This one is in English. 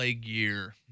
gear